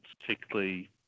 particularly